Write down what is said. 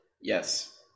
Yes